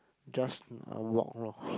just uh walk lor